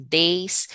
days